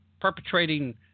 perpetrating